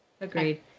Agreed